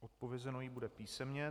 Odpovězeno jí bude písemně.